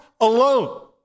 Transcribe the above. alone